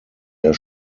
der